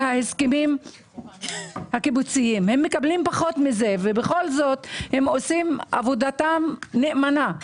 ההסכמים הקיבוציים הם בכל זאת עושים את עבודתם נאמנה.